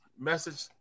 message